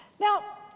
Now